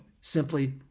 simply